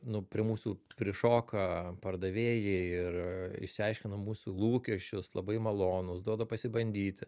nu prie mūsų prišoka pardavėjai ir išsiaiškina mūsų lūkesčius labai malonūs duoda pasibandyti